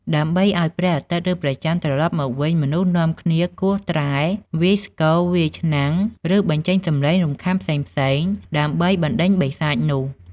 ដើម្បីឲ្យព្រះអាទិត្យ ឬព្រះច័ន្ទត្រលប់មកវិញ មនុស្សនាំគ្នាគោះត្រែ វាយស្គរ វាយឆ្នាំង ឬបញ្ចេញសម្លេងរំខានផ្សេងៗដើម្បីបណ្ដេញបិសាចនោះ ។